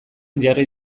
jarri